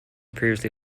previously